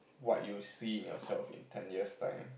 what you see in yourself in ten years time